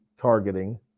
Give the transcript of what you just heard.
targeting